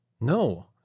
No